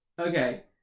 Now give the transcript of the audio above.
Okay